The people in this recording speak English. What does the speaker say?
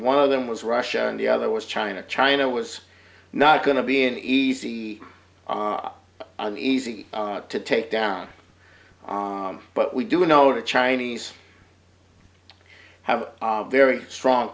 one of them was russia and the other was china china was not going to be an easy an easy to take down but we do know the chinese have a very strong